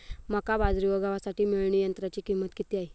मका, बाजरी व गव्हासाठी मळणी यंत्राची किंमत किती आहे?